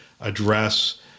address